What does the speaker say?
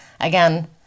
Again